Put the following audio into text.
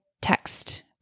text